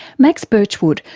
max birchwood,